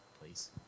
please